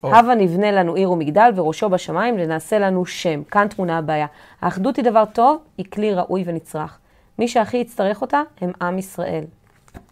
הבה נבנה לנו עיר ומגדל וראשו בשמיים ונעשה לנו שם. כאן טמונה הבעיה. האחדות היא דבר טוב, היא כלי ראוי ונצרך. מי שהכי יצטרך אותה, הם עם ישראל.